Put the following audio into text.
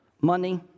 money